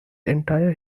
entire